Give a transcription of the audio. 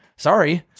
Sorry